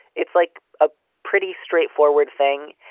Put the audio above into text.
it's like a pretty straightforward thing.